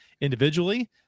individually